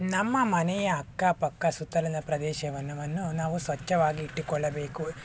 ನಮ್ಮ ಮನೆಯ ಅಕ್ಕಪಕ್ಕ ಸುತ್ತಲಿನ ಪ್ರದೇಶವನ್ನವನ್ನು ನಾವು ಸ್ವಚ್ಛವಾಗಿ ಇಟ್ಟುಕೊಳ್ಳಬೇಕು